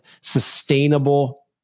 sustainable